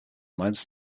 mainz